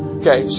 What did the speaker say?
okay